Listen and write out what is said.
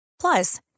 Plus